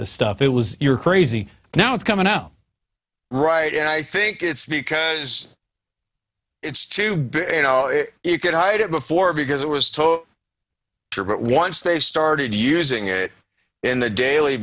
the stuff it was you're crazy now it's coming out right and i think it's because it's too big you know if you could hide it before because it was true but once they started using it in the daily